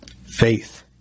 faith